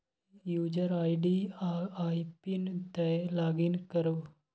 user ID आ आइ PIN दए लागिन करु